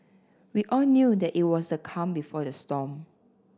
we all knew that it was the calm before the storm